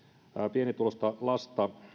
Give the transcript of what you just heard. lasta